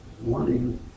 wanting